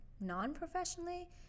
non-professionally